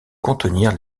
contenir